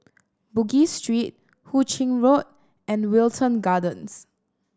Bugis Street Hu Ching Road and Wilton Gardens